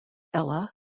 ella